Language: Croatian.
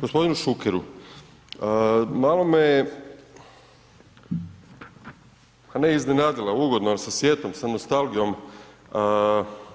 G. Šukeru, malo me a ne iznenadilo ugodno ali sa sjetom, nostalgijom